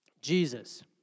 Jesus